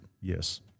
Yes